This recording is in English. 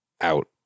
out